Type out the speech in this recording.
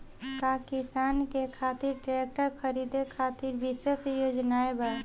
का किसानन के खातिर ट्रैक्टर खरीदे खातिर विशेष योजनाएं बा?